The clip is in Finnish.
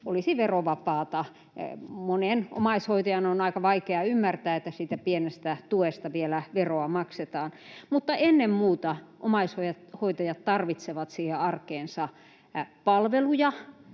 olisi verovapaata — monen omaishoitajan on aika vaikea ymmärtää, että siitä pienestä tuesta maksetaan vielä veroa. Mutta ennen muuta omaishoitajat tarvitsevat arkeensa palveluja,